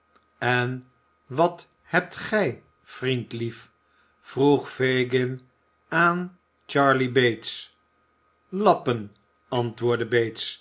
en wat hebt gij vriendlief vroeg fagin aan charley bates lappen antwoordde